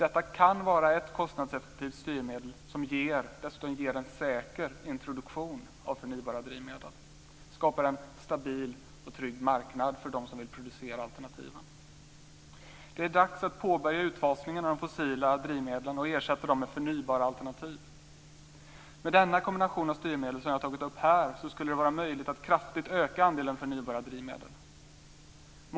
Detta kan vara ett kostnadseffektivt styrmedel som dessutom ger en säker introduktion av förnybara drivmedel och skapar en stabil och trygg marknad för dem som vill producera alternativen. Det är dags att påbörja utfasningen av de fossila drivmedlen och ersätta dem med förnybara alternativ. Med den kombination av styrmedel som jag har tagit upp här skulle det vara möjligt att kraftigt öka andelen förnybara drivmedel.